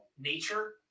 nature